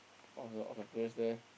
of the of the place there